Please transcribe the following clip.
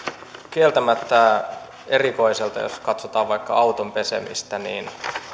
kieltämättä erikoiselta jos katsotaan vaikka auton pesemistä